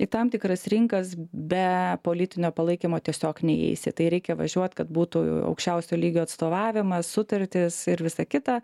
į tam tikras rinkas be politinio palaikymo tiesiog neįeisi tai reikia važiuot kad būtų aukščiausio lygio atstovavimas sutartys ir visa kita